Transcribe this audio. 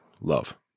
love